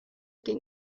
den